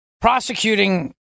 prosecuting